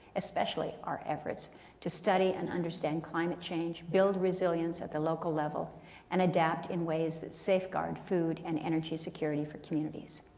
especially our efforts to study and understand climate change, build resilience at the local level and adapt in ways that safeguard food and energy security for communities.